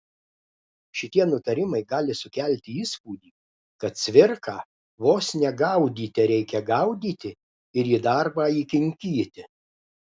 šitie nutarimai gali sukelti įspūdį kad cvirką vos ne gaudyte reikia gaudyti ir į darbą įkinkyti